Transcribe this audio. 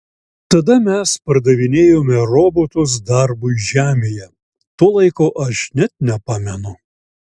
tada mes pardavinėjome robotus darbui žemėje to laiko aš net nepamenu